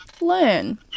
learn